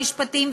המשפטים,